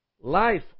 life